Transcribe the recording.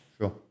Sure